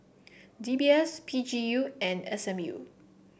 D B S P G U and S M U